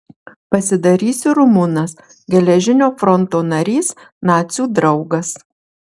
pasidarysiu rumunas geležinio fronto narys nacių draugas